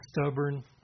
stubborn